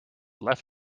left